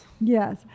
Yes